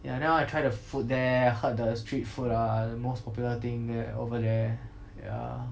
ya then I want to try the food there I heard the street food ah are the most popular thing there over there ya